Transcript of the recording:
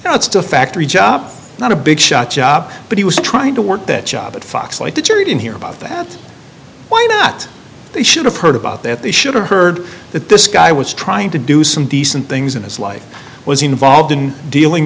lite now it's a factory job not a big shot job but he was trying to work that job at fox like the jury didn't hear about that why not they should have heard about that they should have heard that this guy was trying to do some decent things in his life was involved in dealing